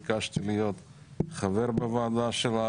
ביקשתי להיות חבר בוועדה שלך.